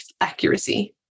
accuracy